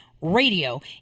Radio